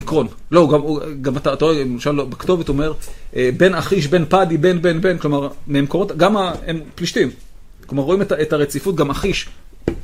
עקרון. לא, גם אתה רואה, למשל בכתובת הוא אומר, בן אכיש, בן פדי, בן ..., בן ..., בן... כלומר, ממקורות, גם... הם פלישתים. כלומר, רואים את הרציפות... גם אכיש.